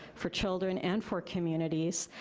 for children, and for communities,